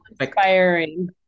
inspiring